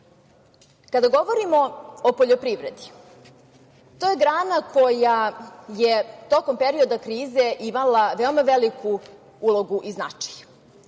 govorimo o poljoprivredi, to je grana koja je tokom perioda krize imala veoma veliku ulogu i značaj.